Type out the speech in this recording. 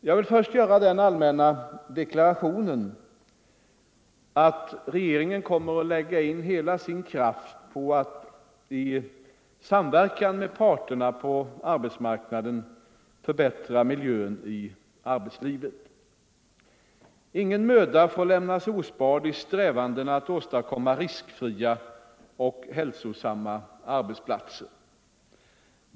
Jag vill först göra den allmänna deklarationen att regeringen kommer att lägga in hela sin kraft på att i samverkan med parterna på arbetsmarknaden förbättra miljön i arbetslivet. Ingen möda får sparas i strävandena att åstadkomma riskfria och hälsosamma arbetsplatser.